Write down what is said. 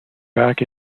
back